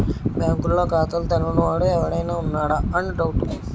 బాంకుల్లో ఖాతాలు తెరవని వాడు ఎవడైనా ఉన్నాడా అని డౌటు